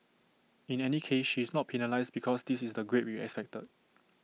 in any case she is not penalised because this is the grade we excited